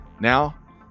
Now